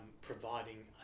providing